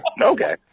Okay